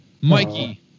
Mikey